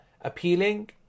appealing